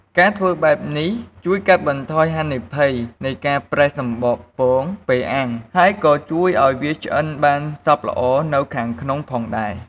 ការធ្វើបែបនេះជួយកាត់បន្ថយហានិភ័យនៃការប្រេះសំបកពងពេលអាំង ហើយក៏ជួយឱ្យវាឆ្អិនបានសព្វល្អនៅខាងក្នុងផងដែរ។